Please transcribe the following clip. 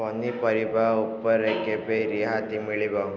ପନିପରିବା ଉପରେ କେବେ ରିହାତି ମିଳିବ